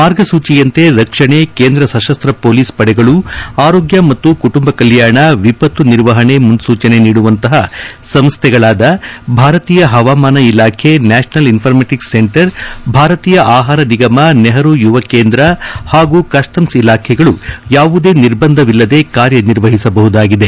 ಮಾರ್ಗಸೂಚಿಯಂತೆ ರಕ್ಷಣೆ ಕೆಂದ್ರ ಸಶಸ್ತ ಪೊಲೀಸ್ ಪಡೆಗಳು ಆರೋಗ್ಲ ಮತ್ತು ಕುಟುಂಬ ಕಲ್ಲಾಣ ವಿಪತ್ತು ನಿರ್ವಹಣೆ ಮುನ್ನೂಚನೆ ನೀಡುವಂತಹ ಸಂಸ್ನೆಗಳಾದ ಭಾರತೀಯ ಹವಾಮಾನ ಇಲಾಖೆ ನ್ನಾಷನಲ್ ಇನ್ಫಾರ್ ಯುವ ಕೇಂದ್ರ ಹಾಗೂ ಕಸ್ಸಮ್ಸ್ ಇಲಾಖೆಗಳು ಯಾವುದೇ ನಿರ್ಬಂಧವಿಲ್ಲದೆ ಕಾರ್ಯ ನಿರ್ವಹಿಸಬಹುದಾಗಿದೆ